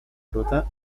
ruta